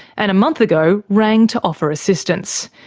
and a month ago rang to offer assistance.